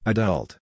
Adult